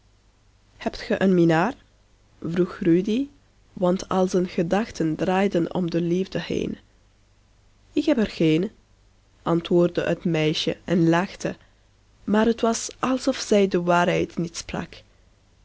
hebt ge een minnaar vroeg rudy want al zijn gedachten draaiden om de liefde heen ik heb er geen antwoordde het meisje en lachte maar het was alsof zij de waarheid niet sprak